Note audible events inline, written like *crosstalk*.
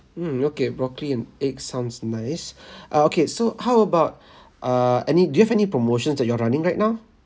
mm okay broccoli and egg sounds nice *breath* ah okay so how about *breath* err any do you have any promotions that you're running right now